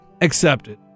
Accepted